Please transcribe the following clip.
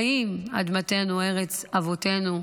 האם אדמתנו, ארץ אבותינו,